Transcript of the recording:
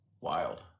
Wild